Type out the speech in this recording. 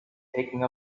taking